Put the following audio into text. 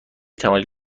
توانید